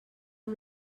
amb